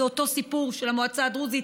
זה אותו סיפור של המועצה האתיופית.